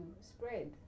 spread